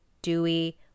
dewy